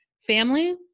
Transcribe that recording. family